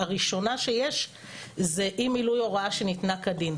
הראשונה שיש זה אי מילוי הוראה שניתנה כדין,